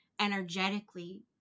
energetically